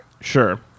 Sure